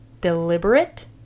deliberate